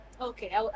Okay